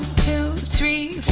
two, three,